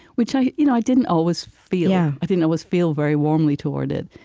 which i you know i didn't always feel. yeah i didn't always feel very warmly toward it.